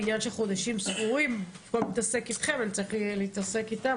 בעניין של חודשים ספורים במקום להתעסק אתכם אני אצטרך להתעסק איתם,